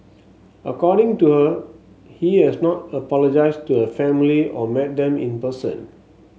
according to her he has not apologised to the family or met them in person